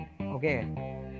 Okay